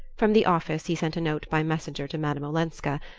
from the office he sent a note by messenger to madame olenska,